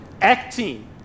acting